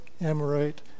Amorite